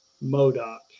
Modoc